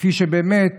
כפי שבאמת